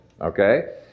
okay